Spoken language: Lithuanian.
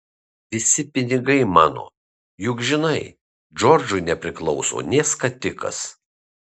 visi pinigai mano juk žinai džordžui nepriklauso nė skatikas